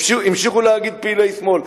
המשיכו להגיד פעילי שמאל,